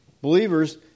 believers